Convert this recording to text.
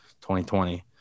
2020